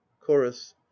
chorus